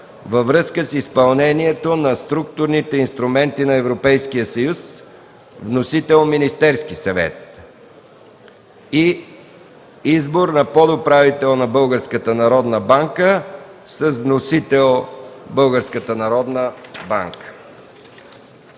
във връзка с изпълнението на Структурните инструменти на Европейския съюз. Вносител – Министерският съвет; - Избор на подуправител на Българска